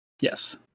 yes